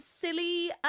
silly